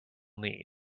need